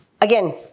Again